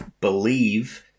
believe